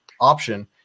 option